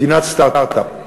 מדינת סטרט-אפ.